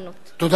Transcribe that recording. תודה רבה.